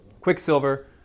quicksilver